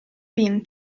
pin